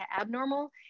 abnormal